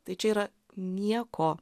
tai čia yra nieko